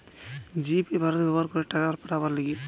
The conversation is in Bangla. জি পে ভারতে ব্যবহার করে টাকা পাঠাবার লিগে